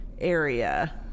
area